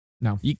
No